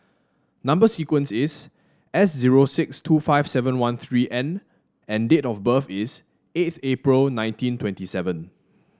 number sequence is S zero six two five seven one three N and date of birth is eighth April nineteen twenty seven